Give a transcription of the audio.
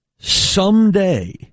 Someday